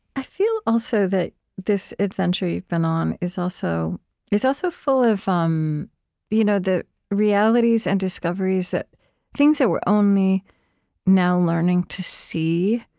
i feel, also, that this adventure you've been on is also is also full of um you know the realities and discoveries that things that we're only now learning to see,